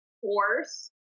force